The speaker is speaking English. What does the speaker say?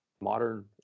modern